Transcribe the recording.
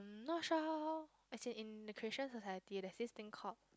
not sure how as in the Christian society there's this thing called